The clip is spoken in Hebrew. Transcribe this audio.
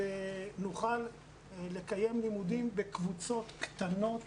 וכי נוכל לקיים לימודים בקבוצות קטנות